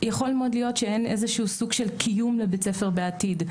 יכול מאוד להיות שאין איזה שהוא סוג של קיום לבית הספר בעתיד.